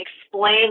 explain